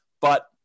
but-